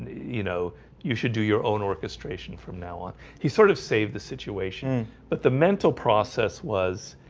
you know you should do your own orchestration from now on he sort of saved the situation, but the mental process was